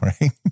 right